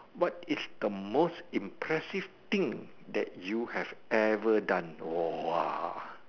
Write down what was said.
what is the most impressive thing that you have ever done !wah!